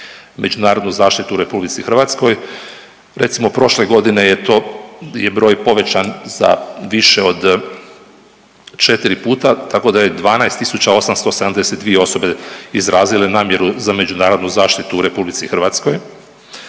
međunarodnu zaštitu u RH. Recimo prošle godine je to, je broj povećan za više od 4 puta, tako da je 12.872 osobe izrazile namjeru za međunarodnu zaštitu u RH, od toga